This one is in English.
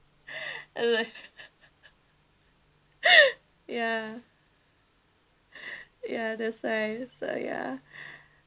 ya ya that's why that's why ya